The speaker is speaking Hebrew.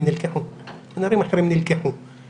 הנערים האחרים נלקחו, נעצרו.